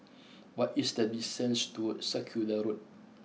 what is the distance to Circular Road